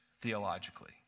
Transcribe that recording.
theologically